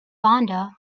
vonda